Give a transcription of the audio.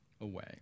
away